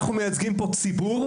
אנחנו מייצגים פה ציבור,